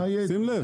שים לב.